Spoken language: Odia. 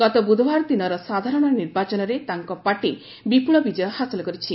ଗତ ବୁଧବାର ଦିନର ସାଧାରଣ ନିର୍ବାଚନରେ ତାଙ୍କ ପାର୍ଟି ବିପୁଳ ବିଜୟ ହାସଲ କରିଛି